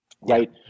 Right